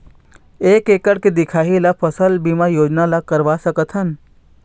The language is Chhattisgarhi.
एक एकड़ के दिखाही ला फसल बीमा योजना ला करवा सकथन?